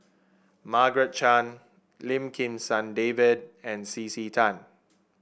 Margaret Chan Lim Kim San David and C C Tan